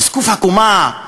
זקוף הקומה,